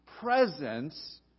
presence